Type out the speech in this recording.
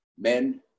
men